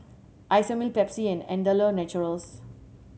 Isomil Pepsi and Andalou Naturals